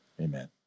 amen